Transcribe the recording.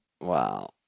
Wow